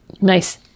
Nice